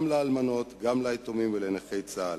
גם לאלמנות, גם ליתומים ולנכי צה"ל.